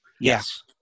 Yes